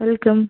welcome